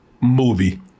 movie